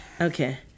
Okay